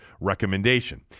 recommendation